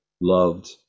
loved